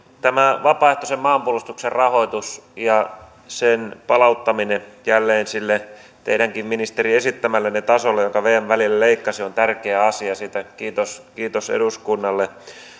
tämä vapaaehtoisen maanpuolustuksen rahoitus ja sen palauttaminen jälleen sille ministeri teidänkin esittämällenne tasolle jota vm välillä leikkasi on tärkeä asia siitä kiitos eduskunnalle